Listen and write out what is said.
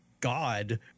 God